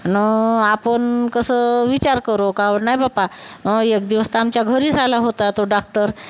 आणि आपण कसं विचार करो कावड नाही बापा एक दिवस तर आमच्या घरीच आला होता तो डॉक्टर